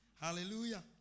Hallelujah